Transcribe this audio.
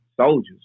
soldiers